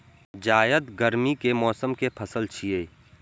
जायद गर्मी के मौसम के पसल छियै